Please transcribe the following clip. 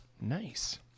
Nice